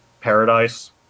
Paradise